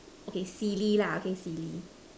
okay see Lee lah okay see Lee